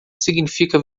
significa